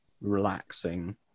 relaxing